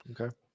Okay